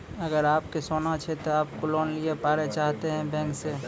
अगर आप के सोना छै ते आप लोन लिए पारे चाहते हैं बैंक से?